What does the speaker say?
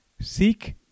Seek